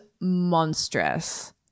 monstrous